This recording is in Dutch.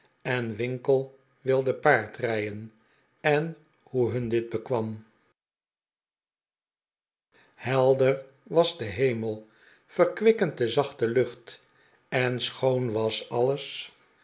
en winkle wilde paardrljr den en hoe hun dit bekwam helder was de hemel verkwikkend de zachte lucht en schoon was alles